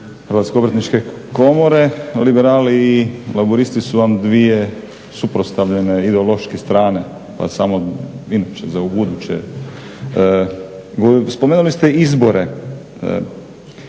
ne koriste usluge HGK-a. Liberali i laburisti su vam dvije suprotstavljene ideološki strane pa samo inače za ubuduće. Spomenuli ste izbore.